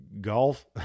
golf